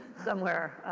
somewhere.